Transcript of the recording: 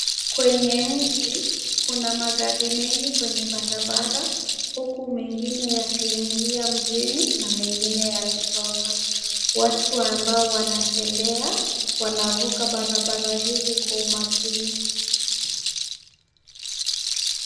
Kwenye mji kuna magari mengi kwenye barabara huku mengine yakiingia mjini na mengine yakitoka. Watu ambao wanatembea wanavuka barabara hizi kwa umakini.